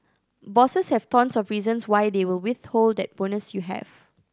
bosses have tons of reasons why they will withhold that bonus you have